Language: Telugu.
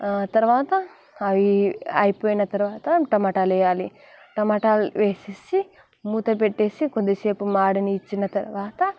తరువాత అవి అయిపోయిన తరువాత టమటాలు వేయాలి టమాటాలు వేసేసి మూత పెట్టేసి కొద్దిసేపు మాడనిచ్చిన తరువాత